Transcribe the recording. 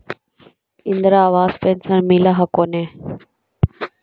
Indira Awas pension मिल हको ने?